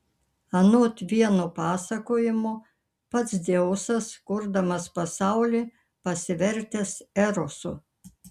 anot vieno pasakojimo pats dzeusas kurdamas pasaulį pasivertęs erosu